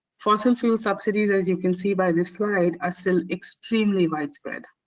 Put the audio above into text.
fossil fuel subsidies, as you can see by this slide, are still extremely widespread.